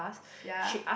ya